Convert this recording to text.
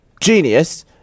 genius